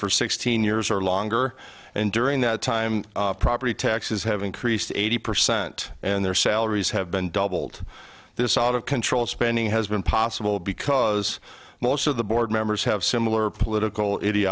for sixteen years or longer and during that time property taxes have increased eighty percent and their salaries have been doubled this out of control spending has been possible because most of the board members have similar political